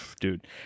dude